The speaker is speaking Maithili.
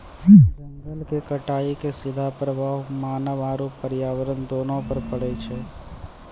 जंगल के कटाइ के सीधा प्रभाव मानव आरू पर्यावरण दूनू पर पड़ै छै